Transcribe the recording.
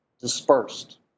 dispersed